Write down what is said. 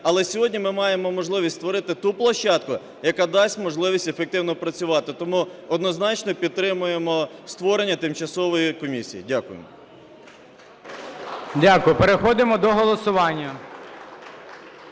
Але сьогодні ми маємо можливість створити ту площадку, яка дасть можливість ефективно працювати. Тому однозначно підтримуємо створення тимчасової комісії. Дякую. ГОЛОВУЮЧИЙ. Дякую. Переходимо до голосування.